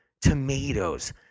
Tomatoes